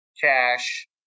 cash